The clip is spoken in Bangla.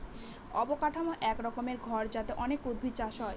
অবকাঠামো এক রকমের ঘর যাতে অনেক উদ্ভিদ চাষ হয়